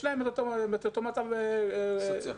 הסטודנטים מהקהילה הם באותו מצב סוציו-אקונומי.